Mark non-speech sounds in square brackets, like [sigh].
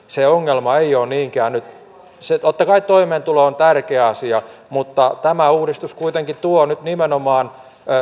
[unintelligible] se ongelma ei ole niinkään totta kai toimeentulo on tärkeä asia mutta tämä uudistus kuitenkin tuo nyt nimenomaan